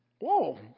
Whoa